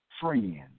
friend